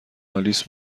آلیس